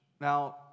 Now